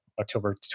October